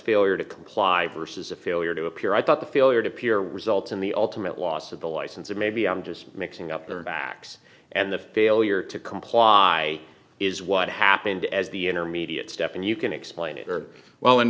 failure to comply baristas a failure to appear i thought the failure to appear results in the ultimate loss of the license or maybe i'm just mixing up their backs and the failure to comply is what happened as the intermediate step and you can explain it or well in